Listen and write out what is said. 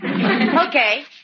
Okay